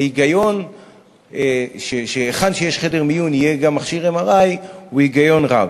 ההיגיון בקביעה שהיכן שיש חדר מיון יהיה גם מכשיר MRI הוא היגיון רב.